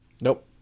Nope